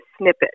snippet